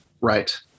Right